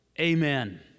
Amen